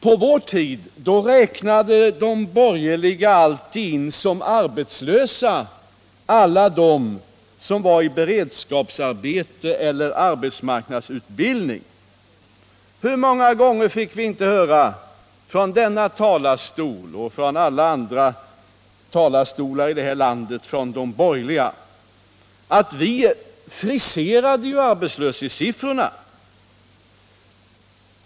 På vår tid räknade de borgerliga alltid in som arbetslösa alla dem som var i beredskapsarbete eller arbetsmarknadsutbildning. Hur många gånger fick vi inte höra från denna talarstol och från alla andra talarstolar i landet av de borgerliga att vi friserade arbetslöshetssiffrorna.